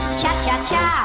cha-cha-cha